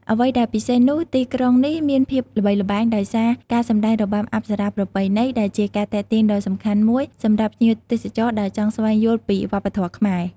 អ្វីដែលពិសេសនោះទីក្រុងនេះមានភាពល្បីល្បាញដោយសារការសម្តែងរបាំអប្សរាប្រពៃណី ដែលជាការទាក់ទាញដ៏សំខាន់មួយសម្រាប់ភ្ញៀវទេសចរដែលចង់ស្វែងយល់ពីវប្បធម៌ខ្មែរ ។